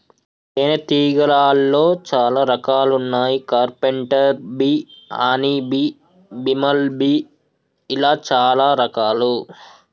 తేనే తీగలాల్లో చాలా రకాలు వున్నాయి carpenter bee honey bee, bumble bee ఇలా చాలా రకాలు